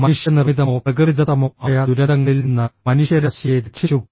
മനുഷ്യനിർമ്മിതമോ പ്രകൃതിദത്തമോ ആയ ദുരന്തങ്ങളിൽ നിന്ന് മനുഷ്യരാശിയെ രക്ഷിച്ചു